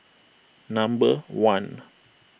number one